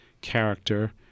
character